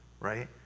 right